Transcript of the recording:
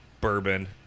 bourbon